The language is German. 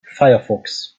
firefox